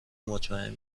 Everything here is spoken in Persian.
مطمئن